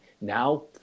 Now